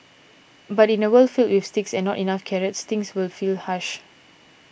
but in a world filled with sticks and not enough carrots things would feel harsh